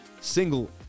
single